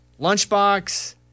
Lunchbox